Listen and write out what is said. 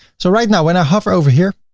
so right now, when i hover over here,